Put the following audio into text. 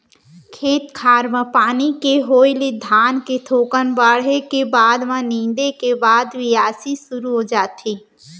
खेत खार म पानी के होय ले धान के थोकन बाढ़े के बाद म नींदे के बाद बियासी सुरू हो जाथे